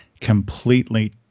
completely